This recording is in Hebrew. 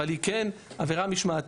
אבל היא כן עבירה משמעתית,